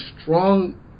strong